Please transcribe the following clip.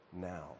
now